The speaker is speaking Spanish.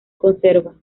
conserva